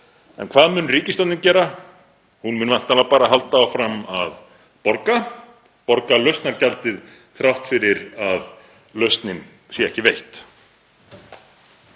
En hvað mun ríkisstjórnin gera? Hún mun væntanlega bara halda áfram að borga lausnargjaldið þrátt fyrir að lausnin sé ekki veitt.